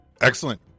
Excellent